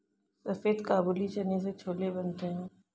सफेद काबुली चना से छोले बनते हैं